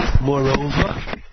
Moreover